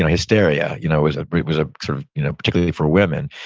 hysteria you know was ah was ah sort of you know particularly for women.